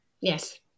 Yes